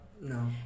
no